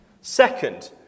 Second